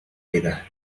either